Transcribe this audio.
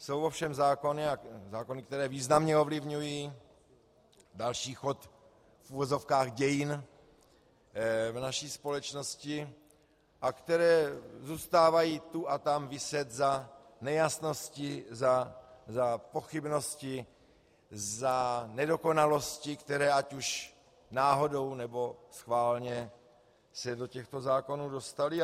Jsou ovšem zákony, které významně ovlivňují další chod, v uvozovkách, dějin naší společnosti a které zůstávají tu a tam viset za nejasnosti, za pochybnosti, za nedokonalosti, které ať už náhodou, nebo schválně se do těchto zákonů dostaly.